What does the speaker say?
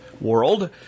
world